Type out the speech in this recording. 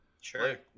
Sure